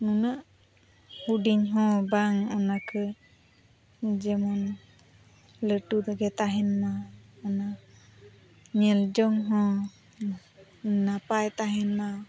ᱱᱩᱱᱟᱹᱜ ᱦᱩᱰᱤᱧ ᱦᱚᱸ ᱵᱟᱝ ᱚᱱᱟᱠᱚ ᱡᱮᱢᱚᱱ ᱞᱟᱹᱴᱩ ᱨᱮᱜᱮ ᱛᱟᱦᱮᱱ ᱢᱟ ᱚᱱᱟ ᱧᱮᱞ ᱡᱚᱝ ᱦᱚᱸ ᱱᱟᱯᱟᱭ ᱛᱟᱦᱮᱱ ᱢᱟ